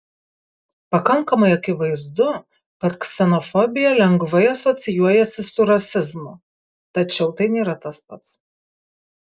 pakankamai akivaizdu kad ksenofobija lengvai asocijuojasi su rasizmu tačiau tai nėra tas pats